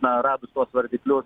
na radus tuos vardiklius